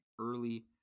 early